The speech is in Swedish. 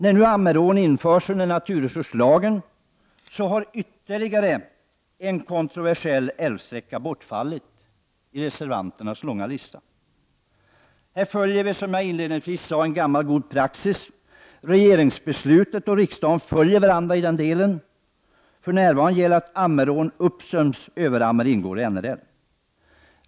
När nu Ammerån införs under naturresurslagen faller ytterligare en kontroversiell älvsträcka bort från reservanternas långa lista. Här följer vi, som jag inledningsvis sade, gammal god praxis. Regeringens beslut och riksdagens följer varandra i den här delen. För närvarande gäller att Ammerån uppströms Överammer ingår i NRL.